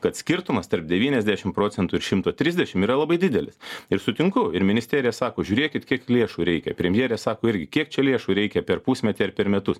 kad skirtumas tarp devyniasdešim procentų ir šimto trisdešim yra labai didelis ir sutinku ir ministerija sako žiūrėkit kiek lėšų reikia premjerė sako irgi kiek čia lėšų reikia per pusmetį ar per metus